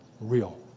real